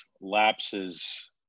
lapses